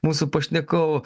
mūsų pašnekovų